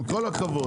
עם כל הכבוד,